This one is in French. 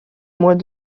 mois